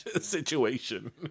situation